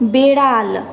বেড়াল